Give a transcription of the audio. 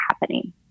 happening